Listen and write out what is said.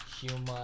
Human